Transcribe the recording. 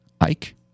Ike